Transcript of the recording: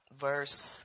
verse